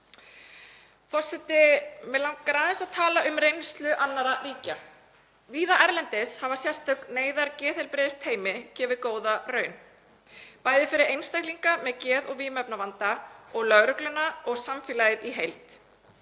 Forseti. Mig langar aðeins að tala um reynslu annarra ríkja. Víða erlendis hafa sérstök neyðargeðheilbrigðisteymi gefið góða raun, bæði fyrir einstaklinga með geð- og vímuefnavanda og lögregluna og samfélagið í heild.